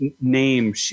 name